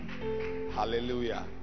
hallelujah